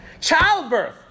Childbirth